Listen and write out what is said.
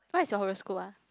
what's your horoscope ah